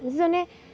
যিজনে